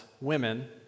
women